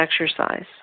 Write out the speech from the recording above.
exercise